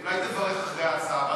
אולי תברך אחרי ההצעה?